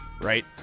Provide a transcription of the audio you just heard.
right